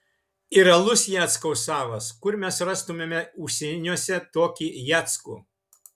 ir alus jackaus savas kur mes rastumėme užsieniuose tokį jackų